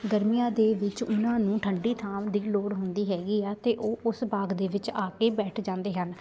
ਗਰਮੀਆਂ ਦੇ ਵਿੱਚ ਉਹਨਾਂ ਨੂੰ ਠੰਡੀ ਥਾਂ ਦੀ ਲੋੜ ਹੁੰਦੀ ਹੈਗੀ ਆ ਅਤੇ ਉਹ ਉਸ ਬਾਗ ਦੇ ਵਿੱਚ ਆ ਕੇ ਬੈਠ ਜਾਂਦੇ ਹਨ